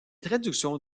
traductions